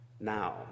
now